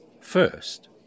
first